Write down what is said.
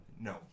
no